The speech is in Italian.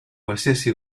qualsiasi